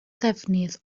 ddefnydd